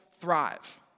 thrive